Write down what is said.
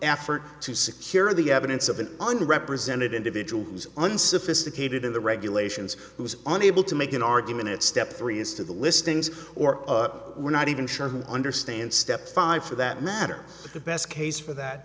effort to secure the evidence of an under represented individuals unsophisticated in the regulations who is unable to make an argument at step three is to the listings or we're not even sure who understand step five for that matter but the best case for that